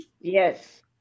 Yes